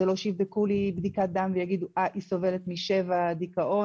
זה לא שיבדקו לי בדיקת דם ויגידו: היא סובלת מ-7 דיכאון,